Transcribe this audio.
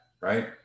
right